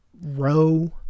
row